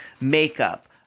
Makeup